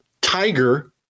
tiger